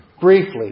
briefly